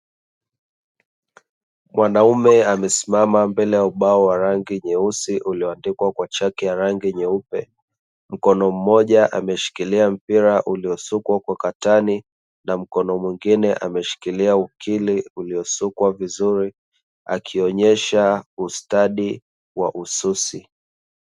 Mwanaume amesimama mbele ya ubao wa rangi nyeusi ulioandikwa kwa chaki ya rangi nyeupe, mkono mmoja ameshikilia mpira uliosukwa kwa katani na mkono mwingine ameshikilia ukili uliosukwa vizuri akionyesha ustadi wa ususi.